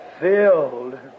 filled